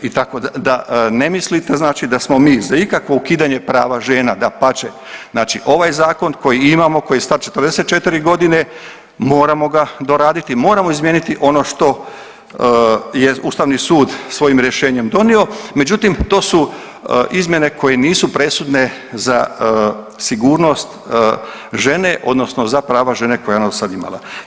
I tako da ne mislite znači da smo mi za ikakvo ukidanje prava žena, dapače, znači ovaj Zakon koji imamo, koji je star 44 godine, moramo ga doraditi, moramo izmijeniti ono što je Ustavni sud svojim rješenjem donio, međutim, to su izmjene koje nisu presudne za sigurnost žene, odnosno za prava žene koje ona sad imala.